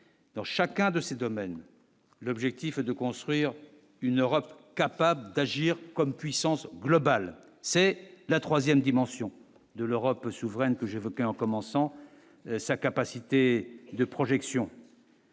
dans chacun de ces domaines, l'objectif est de construire une Europe capable d'agir comme puissance globale, c'est la 3ème dimension de l'Europe souveraine que j'évoquais en commençant sa capacité de projection.